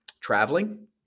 traveling